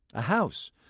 a house,